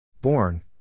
Born